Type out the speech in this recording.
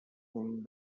things